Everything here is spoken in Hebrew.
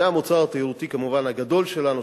זה המוצר התיירותי הגדול שלנו,